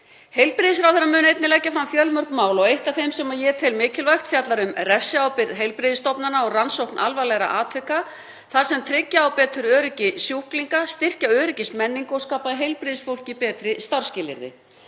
Heilbrigðisráðherra mun einnig leggja fram fjölmörg mál og eitt af þeim sem ég tel mikilvægt fjallar um refsiábyrgð heilbrigðisstofnana og rannsókn alvarlegra atvika þar sem tryggja á betur öryggi sjúklinga, styrkja öryggismenningu og skapa heilbrigðisstarfsfólki betri starfsskilyrði.